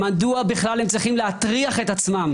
מדוע בכלל הם צריכים להטריח את עצמם,